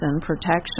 protection